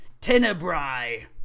Tenebrae